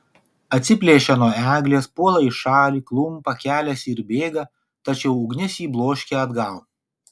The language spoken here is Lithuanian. atsiplėšia nuo eglės puola į šalį klumpa keliasi ir bėga tačiau ugnis jį bloškia atgal